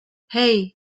hei